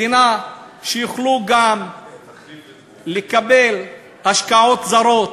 מדינה שיוכלו גם לקבל השקעות זרות,